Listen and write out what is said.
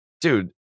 dude